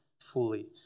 fully